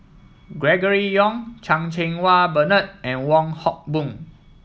Gregory Yong Chan Cheng Wah Bernard and Wong Hock Boon